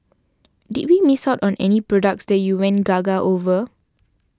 did we miss out any products that you went gaga over